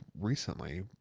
recently